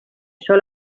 sol